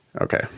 Okay